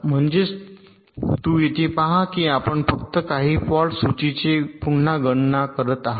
म्हणजे तू येथे पहा की आपण फक्त काही फॉल्ट सूचीचे पुन्हा गणना करीत आहात